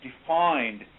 defined